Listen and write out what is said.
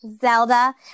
Zelda